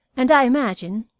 and i imagine,